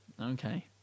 Okay